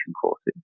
courses